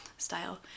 style